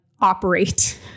operate